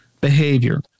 behavior